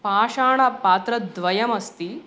पाषाणपात्रद्वयमस्ति